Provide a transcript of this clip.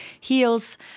heals